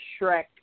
Shrek